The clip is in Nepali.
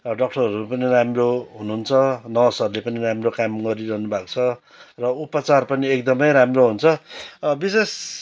अब डाक्टरहरू पनि राम्रो हुनुहुन्छ नर्सहरूले पनि राम्रो काम गरिरहनु भएको छ र उपचार पनि एकदमै राम्रो हुन्छ विशेष